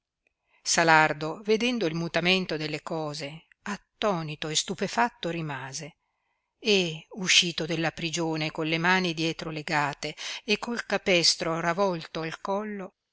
salardo vedendo il mutamento delle cose attonito e stupefatto rimase e uscito della prigione con le mani dietro legate e col capestro ravolto al collo